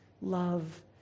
love